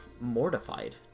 mortified